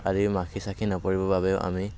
আদি মাখি চাখি নপৰিবৰ বাবেও আমি